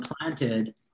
planted